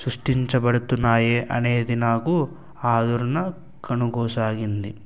సృష్టించబడుతున్నాయి అనేది నాకు ఆదురణ కనుగోసాగింది